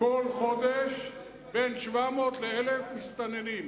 בכל חודש בין 700 ל-1,000 מסתננים.